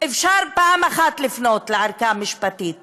אפשר פעם אחת לפנות לערכאה המשפטית